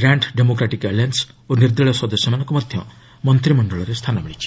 grand Democratic Alliance ଓ ନିର୍ଦ୍ଦଳୀୟ ସଦସ୍ୟମାନଙ୍କୁ ମଧ୍ୟ ମନ୍ତ୍ରିମଣ୍ଡଳରେ ସ୍ଥାନ ମିଳିଛି